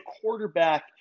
quarterback